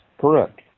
Correct